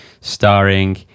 starring